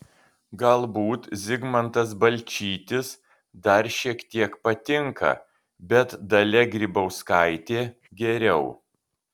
galbūt zigmantas balčytis dar šiek tiek patinka bet dalia grybauskaitė geriau